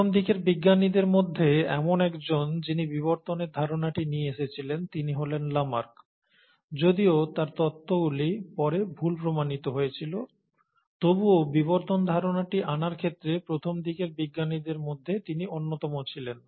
প্রথম দিকের বিজ্ঞানীদের মধ্যে এমন একজন যিনি বিবর্তনের ধারণাটি নিয়ে এসেছিলেন তিনি হলেন লামার্ক যদিও তার তত্ত্বগুলি পরে ভুল প্রমাণিত হয়েছিল তবুও বিবর্তন ধারণাটি আনার ক্ষেত্রে প্রথম দিকের বিজ্ঞানীদের মধ্যে তিনি অন্যতম ছিলেন